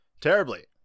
Terribly